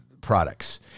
products